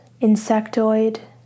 Insectoid